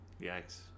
yikes